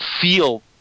feel